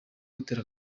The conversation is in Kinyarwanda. gutera